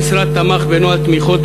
המשרד תמך בנוהל תמיכות,